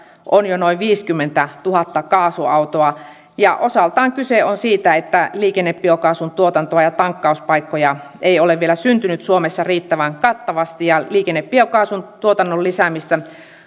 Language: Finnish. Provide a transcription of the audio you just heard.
on jo noin viisikymmentätuhatta kaasuautoa osaltaan kyse on siitä että liikennebiokaasun tuotantoa ja tankkauspaikkoja ei ole vielä syntynyt suomessa riittävän kattavasti ja liikennebiokaasun tuotannon lisäämistä